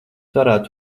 varētu